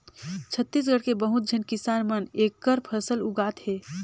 छत्तीसगढ़ के बहुत झेन किसान मन एखर फसल उगात हे